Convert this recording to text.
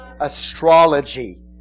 Astrology